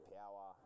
power